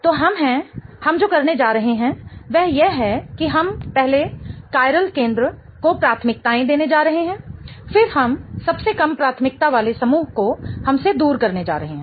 तो हम हैं हम जो करने जा रहे हैं वह यह है कि हम पहले कायरल केंद्र को प्राथमिकताएं देने जा रहे हैं फिर हम सबसे कम प्राथमिकता वाले समूह को हमसे दूर करने जा रहे हैं